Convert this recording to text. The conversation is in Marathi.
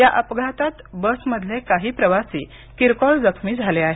या अपघातात बस मधले काही प्रवासी किरकोळ जखमी झाले आहेत